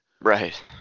Right